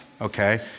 Okay